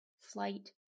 flight